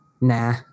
Nah